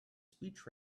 speech